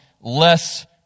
less